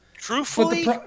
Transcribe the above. Truthfully